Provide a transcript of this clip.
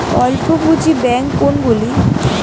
অল্প পুঁজি ব্যাঙ্ক কোনগুলি?